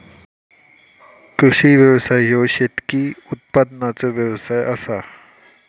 कृषी व्यवसाय ह्यो शेतकी उत्पादनाचो व्यवसाय आसा